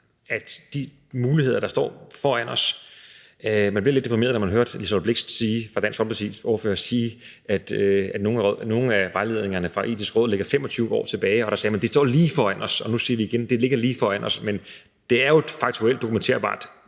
de muligheder, der står foran os. Man bliver lidt deprimeret, når man hører fru Liselott Blixt – Dansk Folkepartis ordfører – sige, at nogle af vejledningerne fra Det Etiske Råd ligger 25 år tilbage, og da sagde man: Det står lige foran os. Nu siger vi igen, at det ligger lige foran os. Men der er jo faktuelt og dokumenterbart